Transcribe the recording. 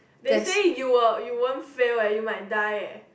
they say you will you won't fail eh you might die eh